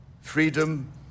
Freedom